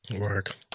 Work